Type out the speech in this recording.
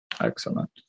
Excellent